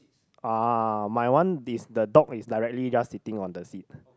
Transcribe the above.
uh my one this the dog is directly just sitting on the seat